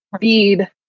feed